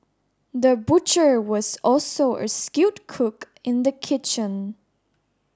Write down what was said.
the butcher was also a skilled cook in the kitchen